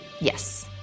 Yes